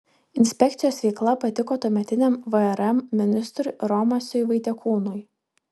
inspekcijos veikla patiko tuometiniam vrm ministrui romasiui vaitekūnui